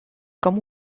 com